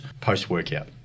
post-workout